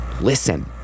listen